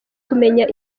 kumenya